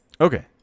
Okay